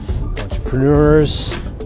entrepreneurs